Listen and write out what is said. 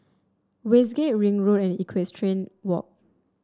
Westgate Ring Road and Equestrian Walk